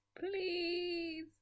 please